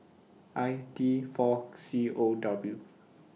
I T four C O W